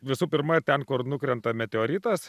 visų pirma ten kur nukrenta meteoritas